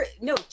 No